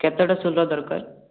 କେତେଟା ସୁଦ୍ଧା ଦରକାର